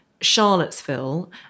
Charlottesville